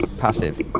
Passive